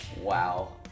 Wow